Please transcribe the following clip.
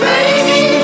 Baby